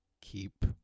keep